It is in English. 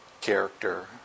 character